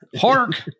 Hark